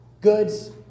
goods